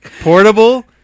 Portable